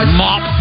mop